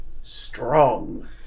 Strong